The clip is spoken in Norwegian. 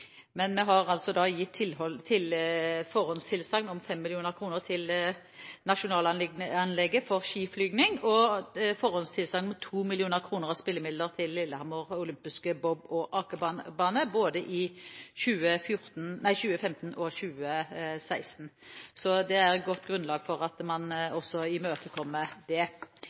men vi har altså gitt forhåndstilsagn om 5 mill. kr til nasjonalanlegget for skiflyging og forhåndstilsagn om 2 mill. kr av spillemidlene til Lillehammer Olympiske Bob- og Akebane, både i 2015 og i 2016. Det er godt grunnlag for at man også imøtekommer det.